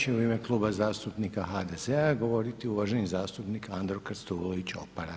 Sada će u ime Kluba zastupnika HDZ-a govoriti uvaženi zastupnik Andro Krstulović Opara.